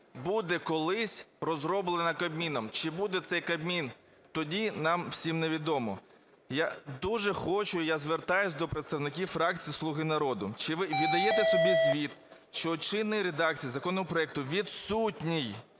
буде колись розроблена Кабміном. Чи буде цей Кабмін тоді, нам усім невідомо. Я дуже хочу і я звертаюсь до представників фракції "Слуга народу". Чи ви даєте собі звіт, що в чинній редакції законопроекту відсутній